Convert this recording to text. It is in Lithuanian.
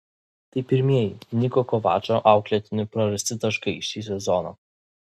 tai pirmieji niko kovačo auklėtinių prarasti taškai šį sezoną